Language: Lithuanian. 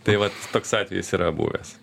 tai va toks atvejis yra buvęs